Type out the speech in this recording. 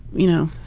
you know,